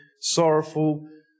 sorrowful